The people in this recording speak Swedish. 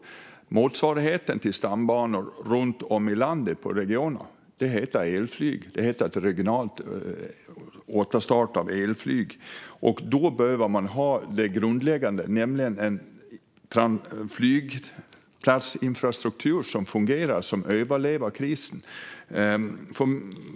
Men motsvarigheten till stambanor runt om i landet på regionnivå är elflyg. Det är regional återstart av elflyg. Då behöver man ha det grundläggande, nämligen en flygplatsinfrastruktur som fungerar och som överlever krisen.